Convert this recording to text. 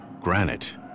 granite